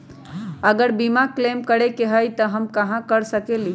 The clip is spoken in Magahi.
अगर बीमा क्लेम करे के होई त हम कहा कर सकेली?